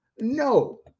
No